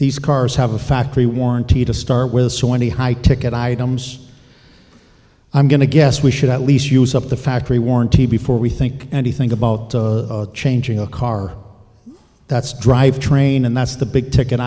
these cars have a factory warranty to start with so any high ticket items i'm going to guess we should at least use up the factory warranty before we think anything about changing a car that's drive train and that's the big ticket